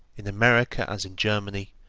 in america as in germany,